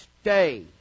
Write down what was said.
Stay